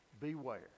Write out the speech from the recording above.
Beware